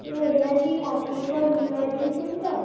hello এটাই কি computer repairing centre